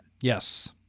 yes